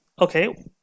Okay